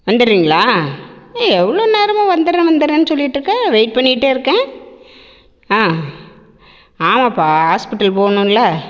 வந்துட்டுறீங்களா எவ்வளோ நேரமாக வந்துடுறேன் வந்துடுறேன் சொல்லிகிட்ருக்க வெயிட் பண்ணிகிட்டே இருக்கேன் ஆ ஆமாப்பா ஹாஸ்ப்பிட்டல் போகணுல